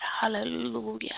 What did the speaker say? Hallelujah